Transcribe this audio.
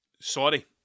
sorry